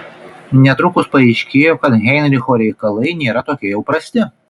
netrukus paaiškėjo kad heinricho reikalai nėra tokie jau prasti